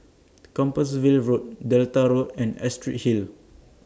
Compassvale Road Delta Road and Astrid Hill